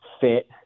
fit